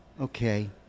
Okay